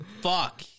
fuck